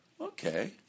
Okay